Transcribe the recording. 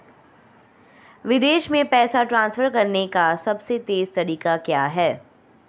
विदेश में पैसा ट्रांसफर करने का सबसे तेज़ तरीका क्या है?